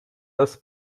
das